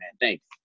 Thanks